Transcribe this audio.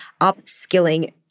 upskilling